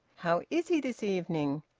how is he this evening?